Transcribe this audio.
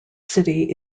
city